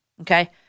Okay